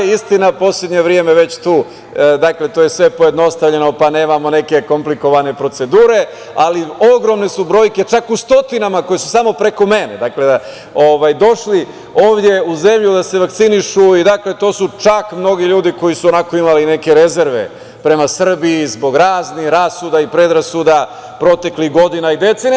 Istina, poslednje vreme već tu, dakle, to je sve pojednostavljeno pa nemamo neke komplikovane procedure ali ogromne su brojke, čak u stotinama koje su samo preko mene došli ovde u zemlju da se vakcinišu i to su čak mnogi ljudi koji su onako imali neke rezerve prema Srbiju zbog raznih rasuda i predrasuda proteklih godina i decenija.